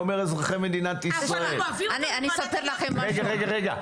רגע רגע.